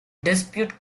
dispute